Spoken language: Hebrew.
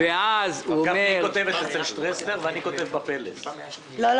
חלק מהכסף הזה הלך